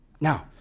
Now